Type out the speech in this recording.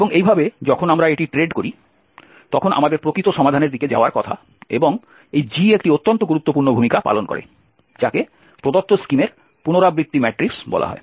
এবং এইভাবে যখন আমরা এটি ট্রেড করি তখন আমাদের প্রকৃত সমাধানের দিকে যাওয়ার কথা এবং এই G একটি অত্যন্ত গুরুত্বপূর্ণ ভূমিকা পালন করে যাকে প্রদত্ত স্কিমের পুনরাবৃত্তি ম্যাট্রিক্স বলা হয়